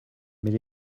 mais